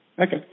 Okay